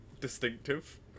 distinctive